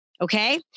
okay